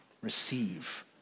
Receive